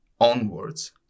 onwards